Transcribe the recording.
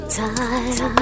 time